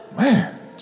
Man